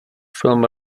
film